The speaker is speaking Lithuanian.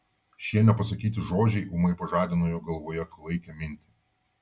šie nepasakyti žodžiai ūmai pažadino jo galvoje klaikią mintį